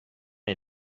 est